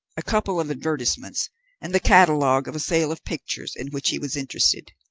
a couple of advertisements and the catalogue of a sale of pictures in which he was interested.